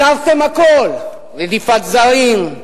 התרתם הכול: רדיפת זרים,